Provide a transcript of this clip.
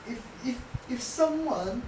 if if if someone